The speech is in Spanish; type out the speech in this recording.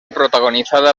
protagonizada